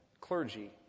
clergy